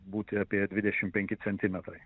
būti apie dvidešim penki centimetrai